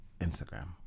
Instagram